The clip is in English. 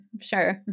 sure